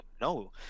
No